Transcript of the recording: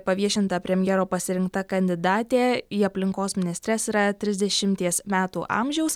paviešinta premjero pasirinkta kandidatė į aplinkos ministres yra trisdešimties metų amžiaus